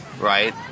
Right